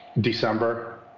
December